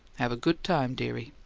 have a good time, dearie.